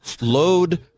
load